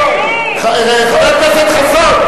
חבר הכנסת חסון,